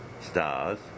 stars